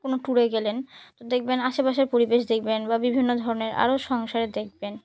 কোনো ট্যুরে গেলেন তো দেখবেন আশেপাশের পরিবেশ দেখবেন বা বিভিন্ন ধরনের আরও সংসারে দেখবেন